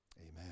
Amen